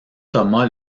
thomas